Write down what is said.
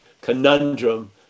conundrum